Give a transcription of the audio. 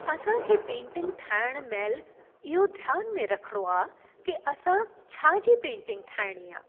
असांखे पेंटिंग ठाहिण महिल इहो ध्यान में रखिणो आहे की असां छा जी पेंटिंग ठाहिणी आहे